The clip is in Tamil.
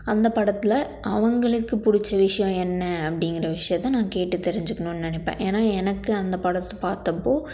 அந்த படத்தில் அவர்களுக்கு பிடுச்ச விஷயம் என்ன அப்படிங்கிற விஷயத்த நான் கேட்டு தெரிஞ்சுக்கணுன்னு நினப்பேன் ஏன்னால் எனக்கு அந்த படத்தை பார்த்தப்போ